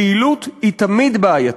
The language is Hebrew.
בהילות היא תמיד בעייתית,